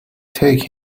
take